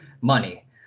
money